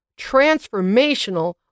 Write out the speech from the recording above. transformational